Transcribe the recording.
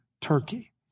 Turkey